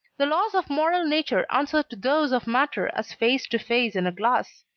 the laws of moral nature answer to those of matter as face to face in a glass.